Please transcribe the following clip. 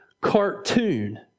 cartoon